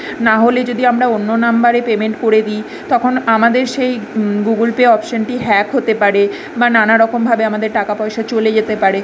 না হলে যদি আমরা অন্য নম্বরে পেমেন্ট করে দিই তখন আমাদের সেই গুগুল পে অপসনটি হ্যাক হতে পারে বা নানা রকমভাবে আমাদের টাকা পয়সা চলে যেতে পারে